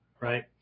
right